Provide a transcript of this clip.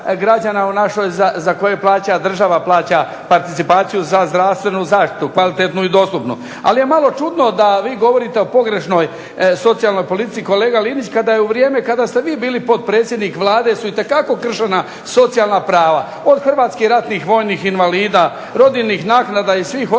u našoj za koje plaća, država plaća participaciju za zdravstvenu zaštitu kvalitetnu i dostupnu. Ali je malo čudno da vi govorite o pogrešnoj socijalnoj politici kolega Linić kada je u vrijeme kada ste vi bili potpredsjednik Vlade su itekako kršena socijalna prava od hrvatskih ratnih vojnih invalida, rodiljnih naknada i svih ostalih.